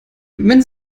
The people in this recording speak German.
wenn